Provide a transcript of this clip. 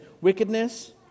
wickedness